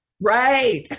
Right